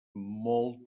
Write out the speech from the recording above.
mol